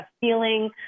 feeling